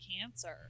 cancer